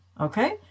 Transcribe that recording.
okay